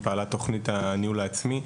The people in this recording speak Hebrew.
פעלה תוכנית הניהול העצמי.